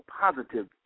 positive